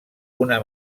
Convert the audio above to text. una